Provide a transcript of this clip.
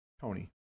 Tony